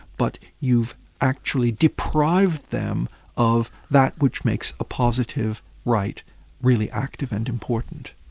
but you've actually deprived them of that which makes a positive right really active and important.